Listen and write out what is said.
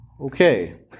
Okay